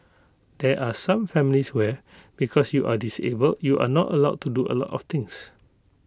there are some families where because you are disabled you are not allowed to do A lot of things